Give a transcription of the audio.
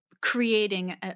creating